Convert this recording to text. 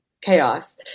chaos